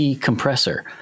compressor